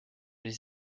les